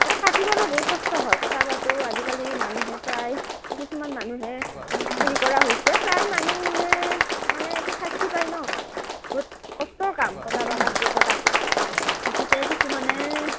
কাটিবলে বহুত কষ্ট হয় কটা বাঁহটো আজিকালি মানুহে প্ৰায় কিছুমান মানুহে হেৰি কৰা হৈছে প্ৰায় মানুহে মানে এইটো শাস্তি পাই ন বহুত কষ্টৰ কাম কটা বাঁহ কাটি কটাটো গতিকে কিছুমানে